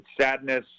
sadness